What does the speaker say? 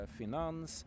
finans